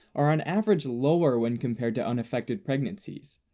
are on average lower when compared to unaffected pregnancies,